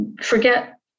Forget